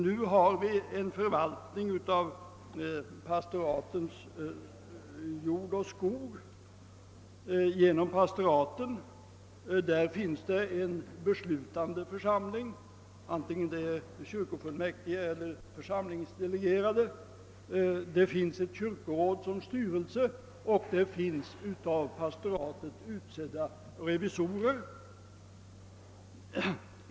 För närvarande förvaltas pastoratens jord och skog av pastoraten som har en beslutande församling, antingen det är kyrkofullmäktige eller församlingsdelegerade. Det finns ett kyrkoråd som styrelse, och det finns av pastoratet utsedda revisorer.